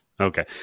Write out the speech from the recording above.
Okay